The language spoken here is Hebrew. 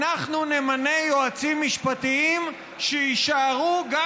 אנחנו נמנה יועצים משפטיים שיישארו גם